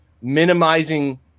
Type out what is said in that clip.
minimizing